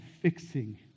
fixing